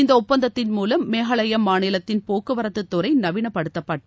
இந்த ஒப்பந்தத்தின் மூலம் மேகாலயா மாநிலத்தின் போக்குவரத்து துறை நவீனப்படுத்தப்பட்டு